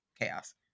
chaos